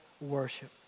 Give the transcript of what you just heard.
worship